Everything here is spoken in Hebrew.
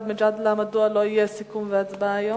מג'אדלה מדוע לא יהיו סיכום והצבעה היום?